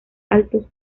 altos